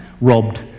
robbed